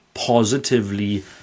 positively